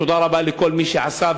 תודה רבה לכל מי שעשה,